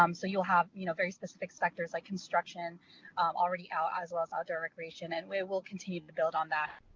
um so you will have you know very specific sectors, like construction already out, as well as outdoor recreation. and it will continue to build on that.